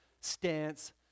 stance